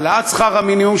העלאת שכר המינימום,